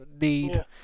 need